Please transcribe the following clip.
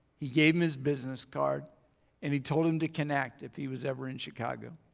he gave him his business card and he told him to connect if he was ever in chicago.